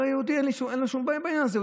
אין להם שום בעיה עם העניין הזה,